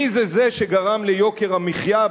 מי זה זה שגרם ליוקר המחיה?